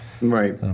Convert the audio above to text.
Right